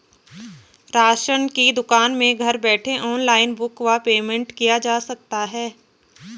Ration की दुकान में घर बैठे ऑनलाइन बुक व पेमेंट किया जा सकता है?